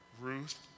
Ruth